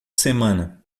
semana